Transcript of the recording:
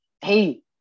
hey